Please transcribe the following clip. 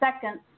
second